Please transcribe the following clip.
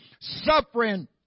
suffering